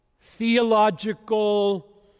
theological